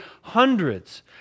hundreds